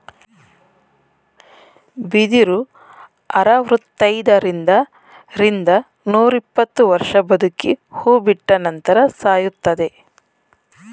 ಬಿದಿರು ಅರವೃತೈದರಿಂದ ರಿಂದ ನೂರಿಪ್ಪತ್ತು ವರ್ಷ ಬದುಕಿ ಹೂ ಬಿಟ್ಟ ನಂತರ ಸಾಯುತ್ತದೆ